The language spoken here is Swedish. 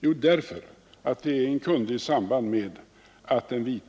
Jo, därför att regeringen i samband med att den